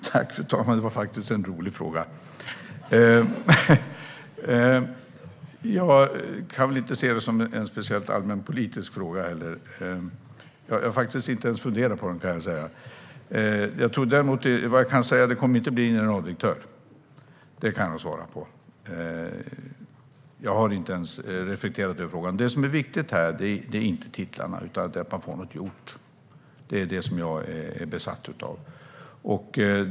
Fru talman! Det var faktiskt en rolig fråga. Jag kan inte se det som en särskilt allmänpolitisk fråga heller. Jag har faktiskt inte ens funderat på den, kan jag säga. Det kommer inte att bli en generaldirektör. Det kan jag svara. Jag har inte reflekterat mer över frågan. Men det som är viktigt här är inte titlarna utan att man får något gjort. Det är jag besatt av.